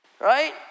Right